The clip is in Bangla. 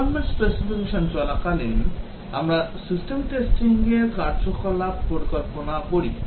Requirement specification চলাকালীন আমরা system testing র কার্যকলাপ পরিকল্পনা করি